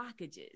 blockages